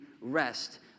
rest